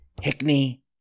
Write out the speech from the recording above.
Hickney